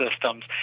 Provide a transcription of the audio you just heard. systems